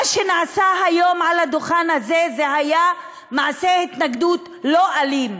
מה שנעשה היום על הדוכן הזה היה מעשה התנגדות לא אלים.